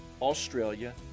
Australia